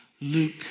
Luke